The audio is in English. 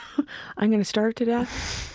i'm going to starve to death,